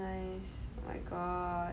nice oh my god